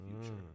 future